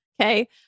okay